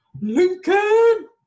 lincoln